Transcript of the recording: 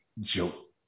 joke